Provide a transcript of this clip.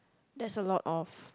that's a lot of